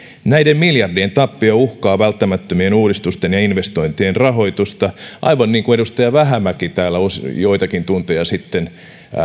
näiden miljardien tappio uhkaa välttämättömien uudistusten ja investointien rahoitusta aivan niin kuin edustaja vähämäki täällä joitakin tunteja sitten